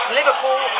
Liverpool